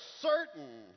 certain